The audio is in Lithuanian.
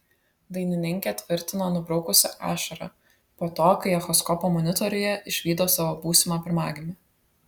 dainininkė tvirtino nubraukusi ašarą po to kai echoskopo monitoriuje išvydo savo būsimą pirmagimį